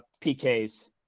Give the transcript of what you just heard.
PKs